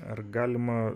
ar galima